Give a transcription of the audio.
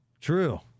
True